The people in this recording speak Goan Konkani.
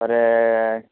बरें